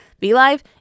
BeLive